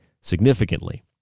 significantly